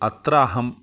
अत्राहं